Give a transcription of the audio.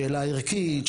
שאלה ערכית,